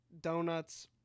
donuts